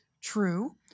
True